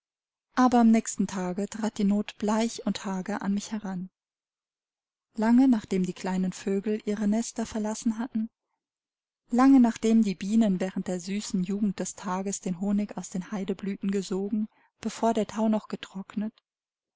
aber am nächsten tage trat die not bleich und hager an mich heran lange nachdem die kleinen vögel ihre nester verlassen hatten lange nachdem die bienen während der süßen jugend des tages den honig aus den haideblüten gesogen bevor der thau noch getrocknet